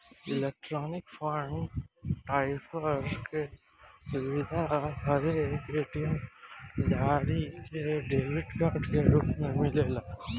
electronic fund transfer के सुविधा हरेक ए.टी.एम कार्ड धारी के डेबिट कार्ड के रूप में मिलेला